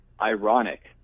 ironic